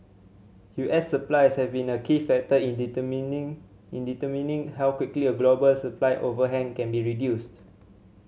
U S supplies have been a key factor in determining in determining how quickly a global supply overhang can be reduced